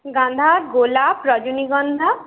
গাঁদা গোলাপ রজনীগন্ধা